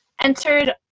entered